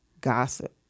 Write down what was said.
gossip